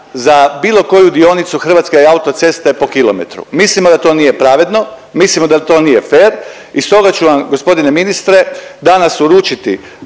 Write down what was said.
za bilo koju dionicu hrvatske autoceste po kilometru. Mislimo da to nije pravedno, mislimo da to nije fer i stoga ću vam g. ministre danas uručiti